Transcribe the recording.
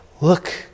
look